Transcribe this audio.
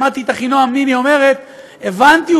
שמעתי את אחינועם ניני אומרת: הבנתי,